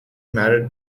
married